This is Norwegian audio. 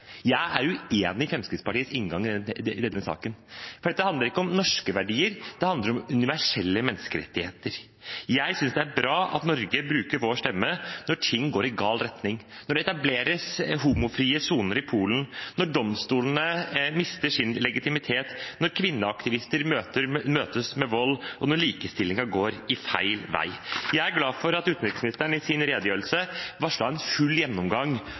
Jeg er uenig i Fremskrittspartiets inngang i denne saken, for dette handler ikke om norske verdier, det handler om universelle menneskerettigheter. Jeg synes det er bra at vi i Norge bruker vår stemme når ting går i gal retning, når det etableres homofrie soner i Polen, når domstolene mister sin legitimitet, når kvinneaktivister møtes med vold, og når likestillingen går feil vei. Jeg er glad for at utenriksministeren i sin redegjørelse varslet full gjennomgang